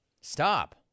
Stop